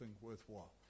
worthwhile